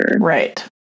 Right